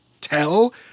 tell